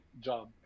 job